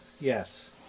yes